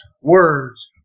words